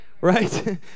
right